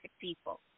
people